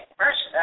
first